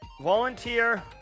volunteer